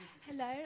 Hello